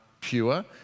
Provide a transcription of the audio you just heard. pure